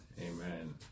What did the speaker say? Amen